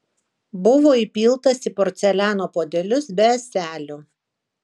buvo įpiltas į porceliano puodelius be ąselių